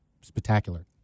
spectacular